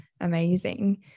Amazing